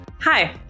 Hi